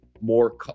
more